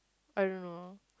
I don't know